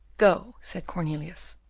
go, said cornelius,